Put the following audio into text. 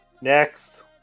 next